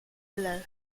below